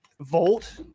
Volt